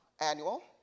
annual